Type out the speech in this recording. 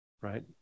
right